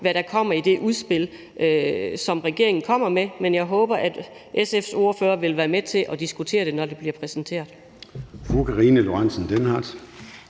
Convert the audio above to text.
hvad der kommer i det udspil, som regeringen kommer med, men jeg håber, at SF's ordfører vil være med til at diskutere det, når det bliver præsenteret.